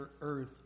earth